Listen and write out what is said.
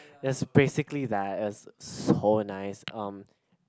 that's basically that it's so nice um